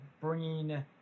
bringing